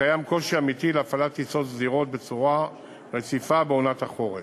קיים קושי אמיתי להפעלת טיסות סדירות בצורה רציפה בעונת החורף.